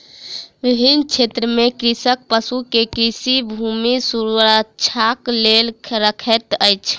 विभिन्न क्षेत्र में कृषक पशु के कृषि भूमि सुरक्षाक लेल रखैत अछि